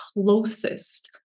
closest